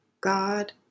God